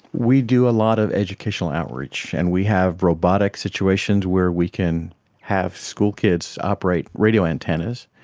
we do a lot of educational outreach and we have robotics situations where we can have schoolkids operate radio antennas,